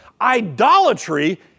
Idolatry